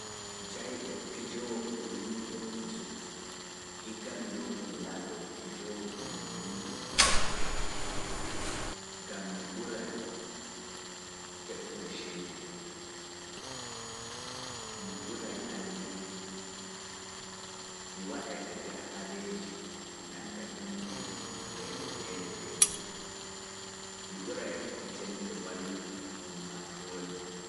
Pijayɗo. pijoowo inniiɗo mi suɓti, igga mi laatoo pijoowo inniiɗo, gam mi ɓuray heɓugo ceede, mi ɓuray anndeeki, mi waɗay ka jahaleeji, mi annda himɓeeji to leyɗe feere feere, mi ɓuray heɓuki ceembe wallutuki ummatoore.